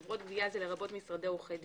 שחברות גבייה זה לרבות משרדי עורכי דין.